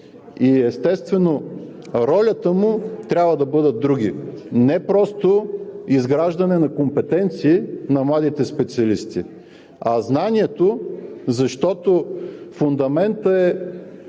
и, естествено, ролята му, трябва да бъдат други, не просто изграждане на компетенции на младите специалисти, а знанието, защото фундаментът е